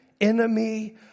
enemy